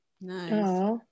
nice